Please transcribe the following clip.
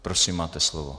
Prosím, máte slovo.